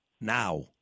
now